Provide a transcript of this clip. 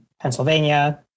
Pennsylvania